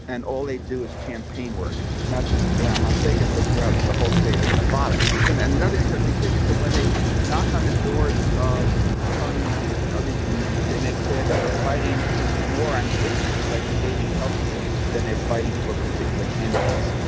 and all they do is campaign work, not just around las vegas, but throughout the whole state of nevada. and and the other interesting thing is that so when they knock on the doors of colony members and other union members, they make clear that we're fighting more on issues like saving health care than they're fighting for particular candidates.